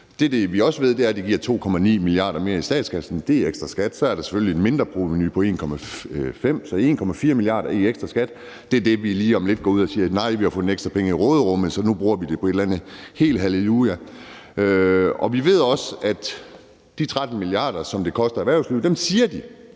Det, vi også ved, er, at det giver 2,9 mia. kr. mere i statskassen. Det er i ekstra skat. Så er der selvfølgelig et mindreprovenu på 1,5 mia. kr., så det giver samlet 1,4 mia. kr. i ekstra skat. Det er dem, vi bruger til lige om lidt at gå ud og sige, at vi har fundet ekstra penge i råderummet, så nu bruger vi det på et eller andet helt halleluja. Vi ved også, at der står, at de 13 mia. kr., som det koster erhvervslivet, overvælter de